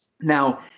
Now